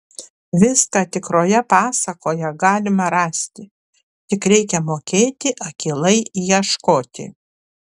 viską tikroje pasakoje galima rasti tik reikia mokėti akylai ieškoti